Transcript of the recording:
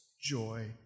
joy